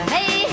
Hey